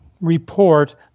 report